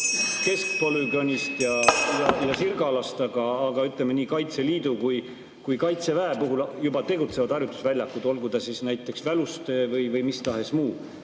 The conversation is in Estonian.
keskpolügoonist ja Sirgalast, aga nii Kaitseliidu kui ka Kaitseväe puhul juba tegutsevad harjutusväljad, olgu ta siis näiteks Väluste või mis tahes muu.